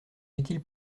utile